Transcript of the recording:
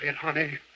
honey